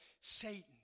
Satan